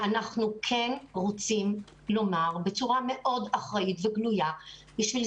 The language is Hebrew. ואנחנו רוצים לומר בצורה מאוד אחראית וגלויה: בשביל